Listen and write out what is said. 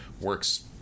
works